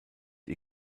ihr